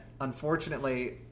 unfortunately